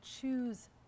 choose